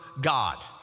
God